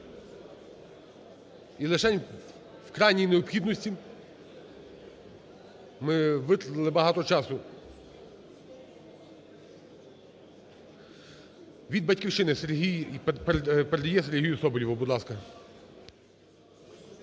і лишень в крайній необхідності. Ми витратили багато часу. Від "Батьківщини" Сергій… передає Сергію Соболєву. Будь ласка.